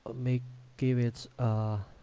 make give it a